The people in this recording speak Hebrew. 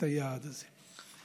את היעד הזה.